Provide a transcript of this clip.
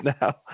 now